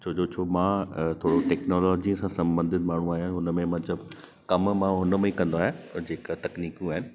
छोजो छो मां थोरो टैक्नोलॉजी सां संबंधित माण्हू आहियां हुन में मां जब कमु मां हुन में ई कंदो आहियां त जेका तकनीकूं आहिनि